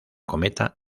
cometa